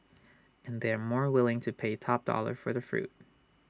and they are more willing to pay top dollar for the fruit